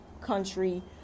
country